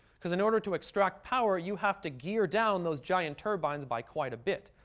because in order to extract power, you have to gear down those giant turbines by quite a bit.